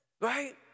Right